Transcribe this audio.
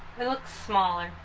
look smaller?